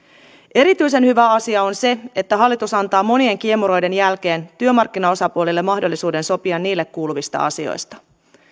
erityisen hyvä asia on se että hallitus antaa monien kiemuroiden jälkeen työmarkkinaosapuolille mahdollisuuden sopia niille kuuluvista asioista